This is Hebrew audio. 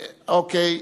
אוקיי.